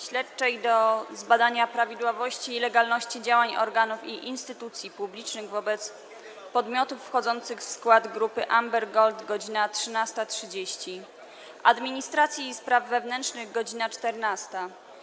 Śledczej do zbadania prawidłowości i legalności działań organów i instytucji publicznych wobec podmiotów wchodzących w skład Grupy Amber Gold - godz. 13.30, - Administracji i Spraw Wewnętrznych - godz. 14,